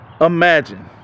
Imagine